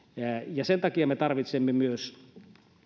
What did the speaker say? ja sen takia me tarvitsemme myös